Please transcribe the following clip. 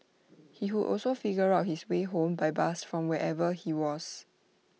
he would also figure out his way home by bus from wherever he was